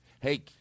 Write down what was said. Hey